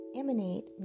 emanate